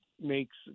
makes